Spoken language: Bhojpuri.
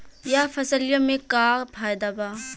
यह फसलिया में का फायदा बा?